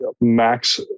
Max